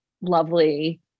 lovely